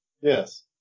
Yes